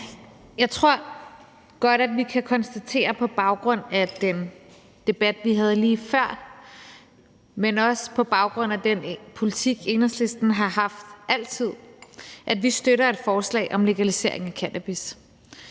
Jeg tror godt, at vi kan konstatere på baggrund af den debat, vi havde lige før, men også på baggrund af den politik, Enhedslisten har haft altid, at vi støtter et forslag om legalisering af cannabis.